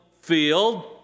field